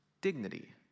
dignity